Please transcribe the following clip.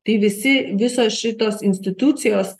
tai visi visos šitos institucijos